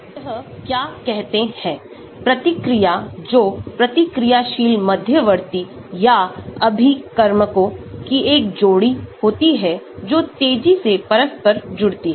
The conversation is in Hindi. यह क्या कहते हैं प्रतिक्रिया जो प्रतिक्रियाशील मध्यवर्ती या अभिकर्मकों की एक जोड़ी होती है जो तेजी से परस्पर जुड़ती है